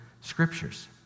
Scriptures